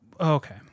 Okay